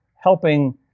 helping